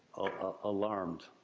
alarmed.